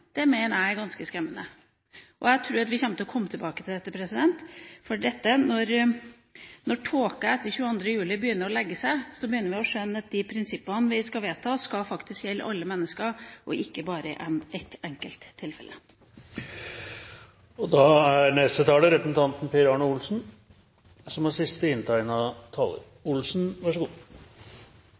vurderingene, mener jeg er ganske skremmende. Jeg tror vi kommer til å komme tilbake til dette. Når tåka etter 22. juli begynner å legge seg, begynner vi å skjønne at de prinsippene vi skal vedta, faktisk skal gjelde alle mennesker, ikke bare ett enkelt tilfelle. Jeg ba om et treminuttersinnlegg fordi representanten Breen gjorde noen visitter til Fremskrittspartiets stillingstaking i denne saken på det ene punktet hvor vi skiller oss fra regjeringen. Det er